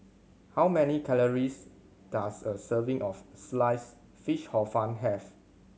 how many calories does a serving of Sliced Fish Hor Fun have